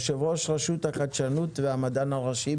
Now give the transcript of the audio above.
יושב רשות וחדשנות והמדען הראשי,